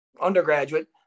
undergraduate